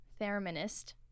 thereminist